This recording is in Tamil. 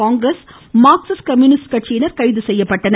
காங்கிரஸ் மார்க்சிஸ்ட் கம்யூனிஸ்ட் கட்சியினர் கைது செய்யப்பட்டனர்